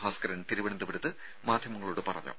ഭാസ്കരൻ തിരുവനന്തപുരത്ത് മാധ്യമങ്ങളോട് പറഞ്ഞു